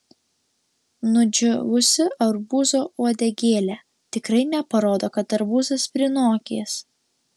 nudžiūvusi arbūzo uodegėlė tikrai neparodo kad arbūzas prinokęs